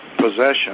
possession